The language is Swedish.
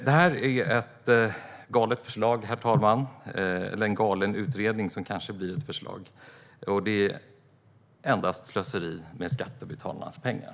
Detta är ett galet förslag, herr talman, eller snarare en galen utredning som kanske blir ett förslag. Det är endast slöseri med skattebetalarnas pengar.